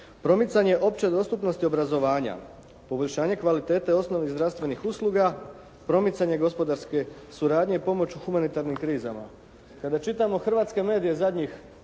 promicanje opće dostupnosti obrazovanja, poboljšanje kvalitete osnovnih zdravstvenih usluga, promicanje gospodarske suradnje i pomoć u humanitarnim krizama. Kada čitamo hrvatske medije zadnjih